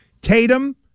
Tatum